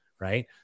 Right